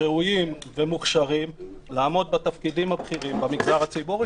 ראויים ומוכשרים לעמוד בתפקידים הבכירים במגזר הציבורי.